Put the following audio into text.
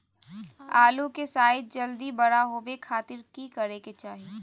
आलू के साइज जल्दी बड़ा होबे खातिर की करे के चाही?